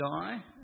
die